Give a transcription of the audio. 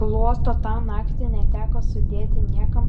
bluosto tą naktį neteko sudėti niekam